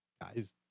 guys